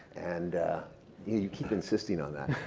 and you keep insisting on that.